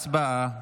הצבעה.